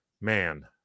man